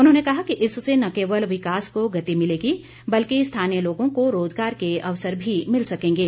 उन्होंने कहा कि इससे न केवल विकास को गति मिलेगी बल्कि स्थानीय लोगों को रोज़गार के अवसर भी मिल सकेंगे